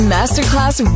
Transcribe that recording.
Masterclass